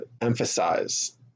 emphasize